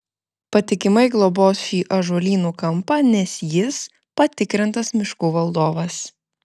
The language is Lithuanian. patikimai globos šį ąžuolynų kampą nes jis patikrintas miškų valdovas